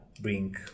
bring